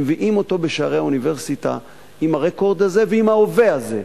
ומביאים אותו בשערי האוניברסיטה עם הרקורד ועם ההווה הזה,